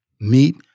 Meat